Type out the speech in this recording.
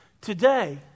today